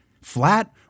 flat